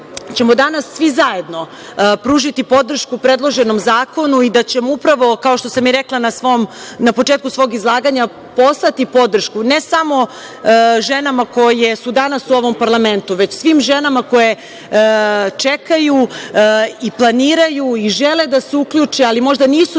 ćemo danas svi zajedno pružiti podršku predloženom zakonu i da ćemo upravo, kao što sam i rekla na početku svog izlaganja, poslati podršku ne samo ženama koje su danas u ovom parlamentu, već svim ženama koje čekaju i planiraju i žele da se uključe, ali možda nisu